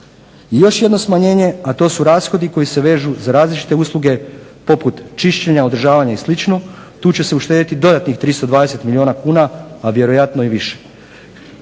I još jedno smanjenje a to su rashodi koji se vežu za različite usluge poput čišćenja, održavanja i slično. Tu će se uštediti dodatnih 320 milijuna kuna, a vjerojatno i više.